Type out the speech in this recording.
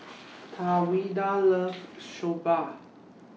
Tawanda loves Soba